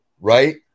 Right